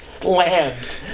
slammed